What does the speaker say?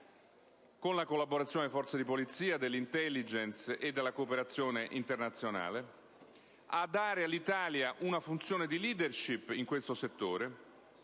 con la collaborazione delle Forze di polizia, dell'*intelligence* e della cooperazione internazionale; a dare all'Italia una funzione di *leadership* in questo settore;